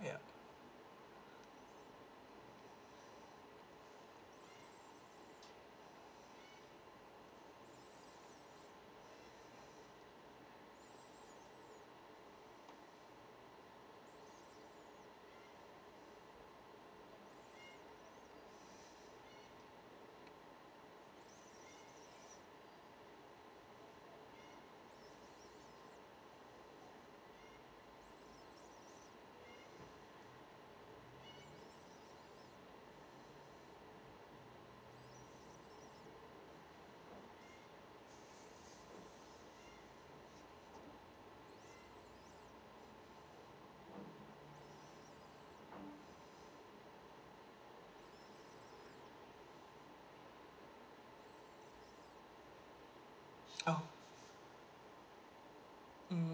ya oh mm